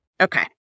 Okay